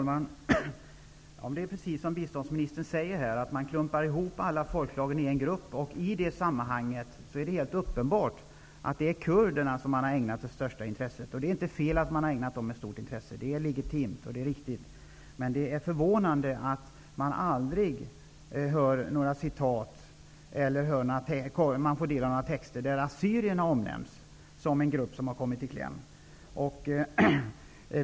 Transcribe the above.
Herr talman! Det är precis som biståndsministern säger här, att man klumpar ihop alla folkslag i en grupp. I det sammanhanget är det helt uppenbart att det är kurderna man har ägnat det största intresset. Det är inte fel med det intresset, det är legitimt och riktigt. Men det är förvånande att man aldrig hör några citat eller får del av texter där assyrierna omnämns som en grupp som har kommit i kläm.